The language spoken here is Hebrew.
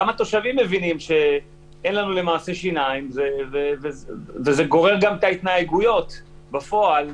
גם התושבים מבינים שאין לנו למעשה שיניים וזה גורם גם להתנהגויות בפועל: